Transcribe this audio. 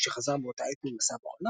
שחזר באותה עת ממסע בעולם,